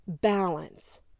balance